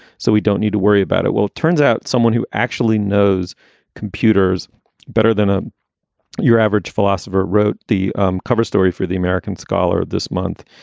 so we don't need to worry about it. well, it turns out someone who actually knows computers better than ah your average philosopher wrote the cover story for the american scholar this month.